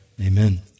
Amen